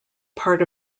part